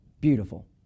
beautiful